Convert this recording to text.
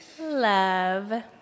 Love